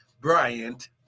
Bryant